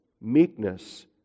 meekness